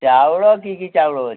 ଚାଉଳ କି କି ଚାଉଳ ଅଛି